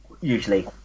usually